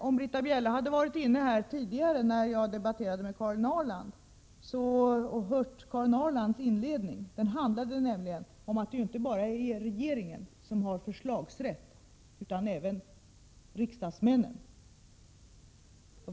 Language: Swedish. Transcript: Om Britta Bjelle hade varit inne här i kammaren tidigare när jag debatterade med Karin Ahrland, hade hon kunnat höra Karin Ahrlands inledning som handlade om att det inte bara är regeringen som har förslagsrätt, utan det gäller även för riksdagsledamöterna.